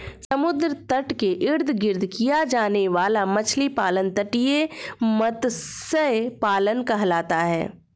समुद्र तट के इर्द गिर्द किया जाने वाला मछली पालन तटीय मत्स्य पालन कहलाता है